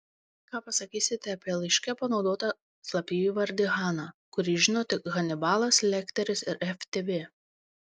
ką pasakysite apie laiške panaudotą slapyvardį hana kurį žino tik hanibalas lekteris ir ftb